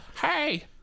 hey